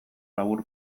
labur